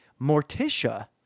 Morticia